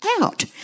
out